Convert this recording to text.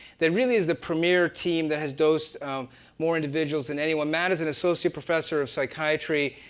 that really is the premier team that has dosed more individuals than anyone. matt is an associate professor of psychiatry.